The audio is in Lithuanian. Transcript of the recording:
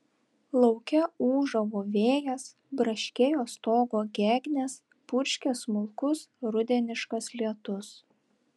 lauke ūžavo vėjas braškėjo stogo gegnės purškė smulkus rudeniškas lietus